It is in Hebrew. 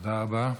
תודה רבה.